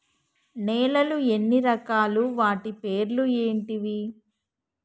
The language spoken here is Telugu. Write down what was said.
నేలలు ఎన్ని రకాలు? వాటి పేర్లు ఏంటివి?